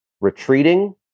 retreating